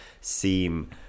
seem